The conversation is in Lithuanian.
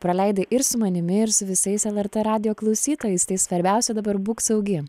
praleidai ir su manimi ir su visais lrt radijo klausytojais tai svarbiausia dabar būk saugi